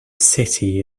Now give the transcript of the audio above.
city